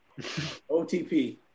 OTP